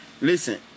listen